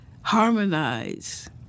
harmonize